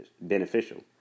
beneficial